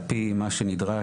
על פי מה שנדרש,